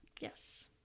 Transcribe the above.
Yes